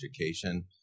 education